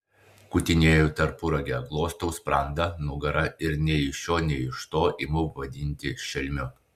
kutinėju tarpuragę glostau sprandą nugarą ir nei iš šio nei iš to imu vadinti šelmiu